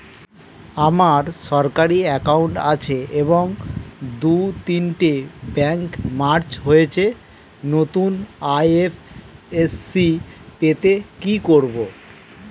আমার সরকারি একাউন্ট আছে এবং দু তিনটে ব্যাংক মার্জ হয়েছে, নতুন আই.এফ.এস.সি পেতে কি করব?